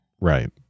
right